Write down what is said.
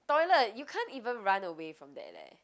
toilet you can't even run away from that leh